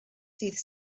ddydd